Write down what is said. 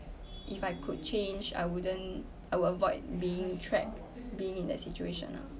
if I could change I wouldn't I would avoid being trapped being in that situation ah